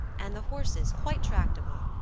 and the horses, quite tractable,